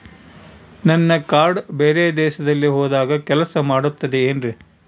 ನನ್ನ ಕಾರ್ಡ್ಸ್ ಬೇರೆ ದೇಶದಲ್ಲಿ ಹೋದಾಗ ಕೆಲಸ ಮಾಡುತ್ತದೆ ಏನ್ರಿ?